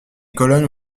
colonnes